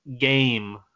game